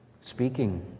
speaking